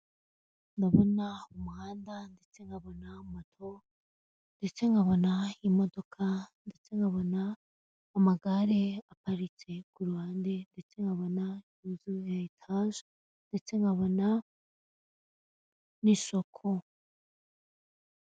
Ndabona umuhanda ndetse nkabona moto, ndetse nkabona imodoka, ndetse nkabona amagare aparitse ku ruhande, ndetse nkabona inzu ya etaje, ndetse nkabona n'isoko.